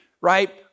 right